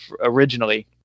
originally